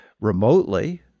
remotely